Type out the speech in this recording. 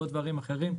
ועוד דברים אחרים,